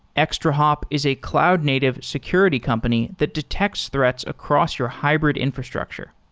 extrahop is a cloud-native security company that detects threats across your hybrid infrastructure.